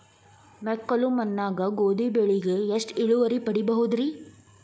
ಮೆಕ್ಕಲು ಮಣ್ಣಾಗ ಗೋಧಿ ಬೆಳಿಗೆ ಎಷ್ಟ ಇಳುವರಿ ಪಡಿಬಹುದ್ರಿ?